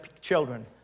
children